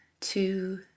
two